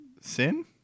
sin